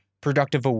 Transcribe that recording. productive